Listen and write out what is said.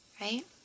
right